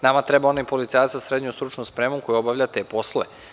Nama treba onaj policajac sa srednjom stručnom spremom koji obavlja te poslove.